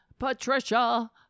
Patricia